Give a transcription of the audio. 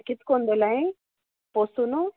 कितकोन दोलाय कोसुनू